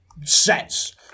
sets